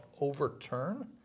overturn